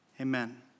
Amen